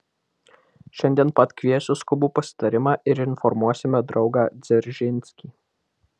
šiandien pat kviesiu skubų pasitarimą ir informuosime draugą dzeržinskį